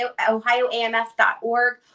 ohioamf.org